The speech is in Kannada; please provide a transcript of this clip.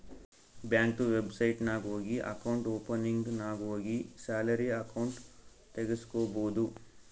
ಬ್ಯಾಂಕ್ದು ವೆಬ್ಸೈಟ್ ನಾಗ್ ಹೋಗಿ ಅಕೌಂಟ್ ಓಪನಿಂಗ್ ನಾಗ್ ಹೋಗಿ ಸ್ಯಾಲರಿ ಅಕೌಂಟ್ ತೆಗುಸ್ಕೊಬೋದು